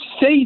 say